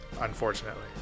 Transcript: Unfortunately